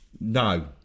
No